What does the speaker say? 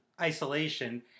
isolation